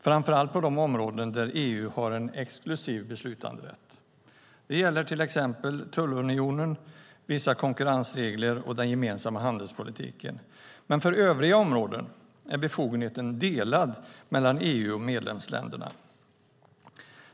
Framför allt gäller det de områden där EU har exklusiv beslutanderätt, till exempel tullunionen, vissa konkurrensregler och den gemensamma handelspolitiken. För övriga områden är befogenheten delad mellan EU och medlemsländerna.